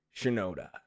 shinoda